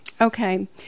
Okay